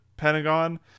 pentagon